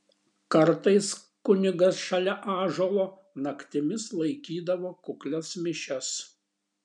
kartais kunigas šalia ąžuolo naktimis laikydavo kuklias mišias